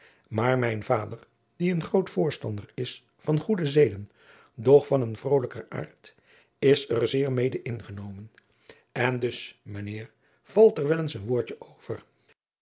maar mijn vader die een groot voorstander is van goede zeden doch van een vrolijker aard is er zeer mede ingenomen en dus mijn heer valt er wel eens een woordje over